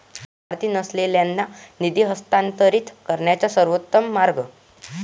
लाभार्थी नसलेल्यांना निधी हस्तांतरित करण्याचा सर्वोत्तम मार्ग